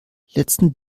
letzten